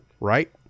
right